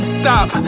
stop